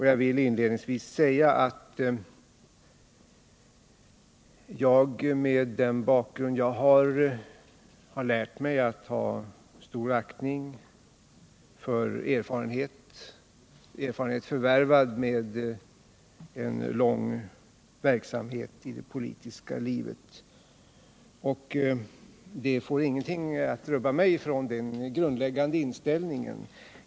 Jag vill inledningsvis säga att jag med min bakgrund har lärt mig att hysa stor aktning för erfarenhet förvärvad under en lång verksamhet i det politiska livet, och ingenting kan rubba denna grundläggande inställning.